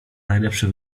najlepsze